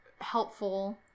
helpful